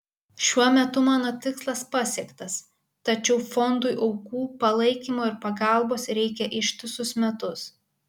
šiuo metu mano tikslas pasiektas tačiau fondui aukų palaikymo ir pagalbos reikia ištisus metus